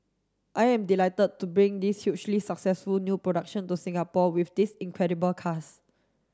I am delighted to bring this hugely successful new production to Singapore with this incredible cast